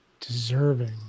Deserving